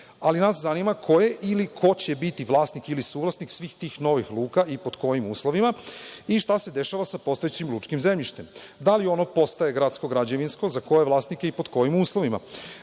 nas zanima ko je ili ko će biti vlasnik ili suvlasnik svih tih novih luka i pod kojim uslovima i šta se dešava sa postojećim lučkim zemljištem? Da li ono postaje gradsko-građevinsko, za koje vlasnike i pod kojim uslovima?